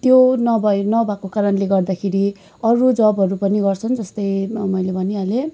त्यो नभए नभएको कारणले गर्दाखेरि अरू जबहरू पनि गर्छन् जस्तै मैले भनिहालेँ